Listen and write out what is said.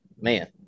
Man